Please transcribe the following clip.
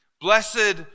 Blessed